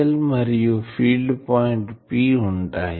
dl మరియు field పాయింట్P ఉంటాయి